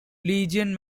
legion